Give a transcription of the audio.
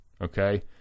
okay